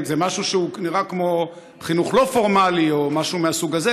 זה משהו שהוא נראה כמו חינוך לא פורמלי או משהו מהסוג הזה,